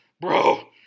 bro